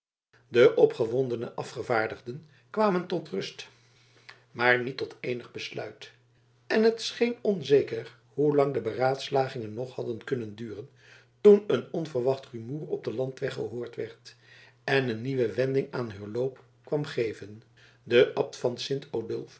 de opgewondene afgevaardigden kwamen tot rust maar niet tot eenig besluit en het scheen onzeker hoe lang de beraadslagingen nog hadden kunnen duren toen een onverwacht rumoer op den landweg gehoord werd en een nieuwe wending aan heur loop kwam geven de abt van